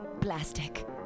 plastic